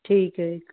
ਠੀਕ ਹੈ ਜੀ